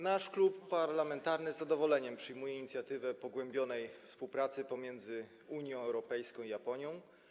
Nasz klub parlamentarny z zadowoleniem przyjmuje inicjatywę pogłębionej współpracy Unii Europejskiej z Japonią.